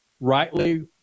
rightly